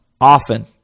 often